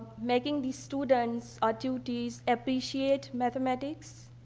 making the student ah tutees appreciate mathematics